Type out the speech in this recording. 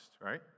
right